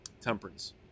temperance